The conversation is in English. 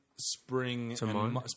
spring